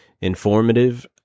informative